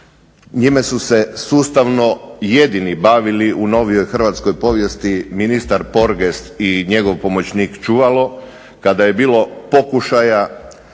Njime su se sustavno jedini bavili u novijoj hrvatskoj povijesti ministar Porgest i njegov pomoćnik Čuvalo kada je bilo pokušaja